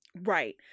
Right